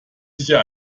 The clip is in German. sicher